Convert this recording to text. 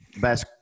Best